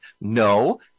No